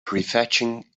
prefetching